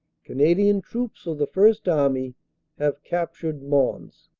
canadian troops of the first army have captured mons.